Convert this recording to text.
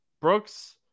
Brooks